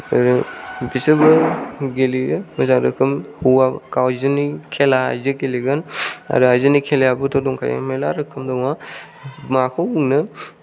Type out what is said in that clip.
आरो बिसोरबो गेलेयो मोजां रोखोम हौवा बा आयजोनि खेला आयजो गेलेगोन आरो आयजोनि खेलायाबोथ' दंखायो मेरला रोखोम दङ माखौ बुंनो